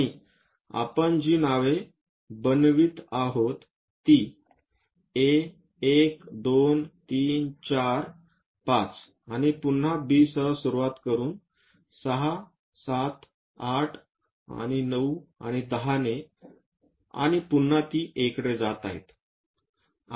आणि आपण जी नावे बनवित आहोत ती A 1 2 3 4 5 आणि पुन्हा B सह सुरुवात करून 678 आणि 9 आणि 10 ने आणि पुन्हा ती A कडे जात आहे